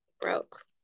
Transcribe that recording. Broke